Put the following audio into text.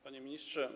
Panie Ministrze!